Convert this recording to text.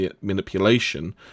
manipulation